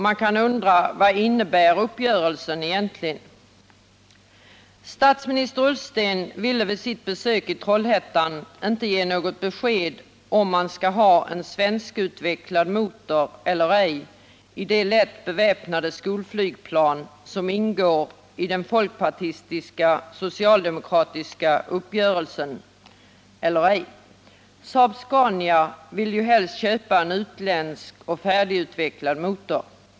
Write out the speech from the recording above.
Man kan undra vad uppgörelsen egentligen innebär. Statsminister Ullsten ville vid sitt besök i Trollhättan inte ge något besked om man skall ha en svenskutvecklad motor eller ej i det lätt beväpnade skolflygplan som ingår i den folkpartistiska-socialdemokratiska flygplansuppgörelsen. Saab-Scania vill ju helst köpa en utländsk och färdigutvecklad motor.